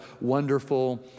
Wonderful